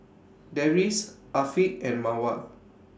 Deris Afiq and Mawar